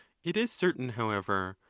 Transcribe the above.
it is certain, however,